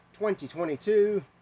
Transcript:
2022